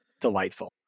delightful